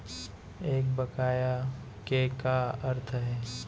एक बकाया के का अर्थ हे?